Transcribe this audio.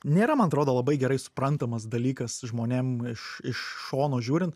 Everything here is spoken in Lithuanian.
nėra man atrodo labai gerai suprantamas dalykas žmonėm iš šono žiūrint